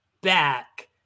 back